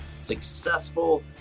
successful